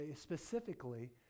specifically